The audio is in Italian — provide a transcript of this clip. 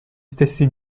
stessi